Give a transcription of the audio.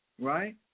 right